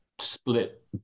split